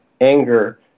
anger